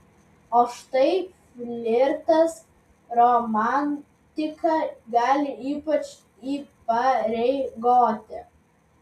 o štai flirtas romantika gali ypač įpareigoti